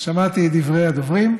שמעתי את דברי הדוברים,